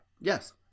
yes